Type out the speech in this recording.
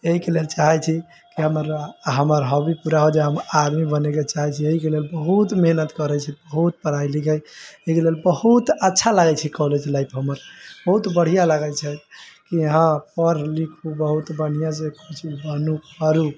एहि के लेल चाहै छी की हमर हॉबी पूरा हो जाय हमर आर्मी बने के चाहै छी एहि के लेल बहुत मेहनत करै छियै बहुत पढ़ाइ लिखाइ लेकिन बहुत अच्छा लागै छै कॉलेज लाइफ हमर बहुत बढ़िऑं लागै छै की हँ पढ़ लिखू बहुत बढ़िऑं से कोइ चीज बनू